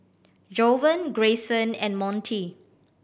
Jovan Grayson and Montie